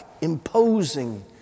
imposing